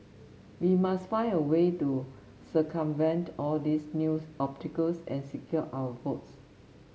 we must find a way to circumvent all these new obstacles and secure our votes